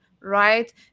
right